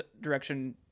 direction